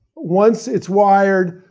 once it's wired,